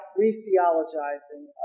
re-theologizing